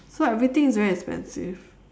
so everything is very expensive